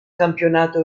campionato